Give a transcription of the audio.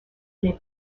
les